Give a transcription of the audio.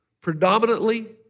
predominantly